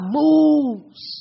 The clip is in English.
moves